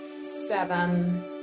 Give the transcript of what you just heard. seven